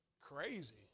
Crazy